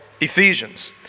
Ephesians